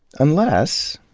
unless,